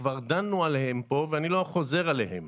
וכבר דנו עליהן פה ואני לא חוזר עליהן.